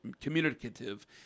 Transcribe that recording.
communicative